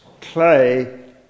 clay